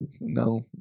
No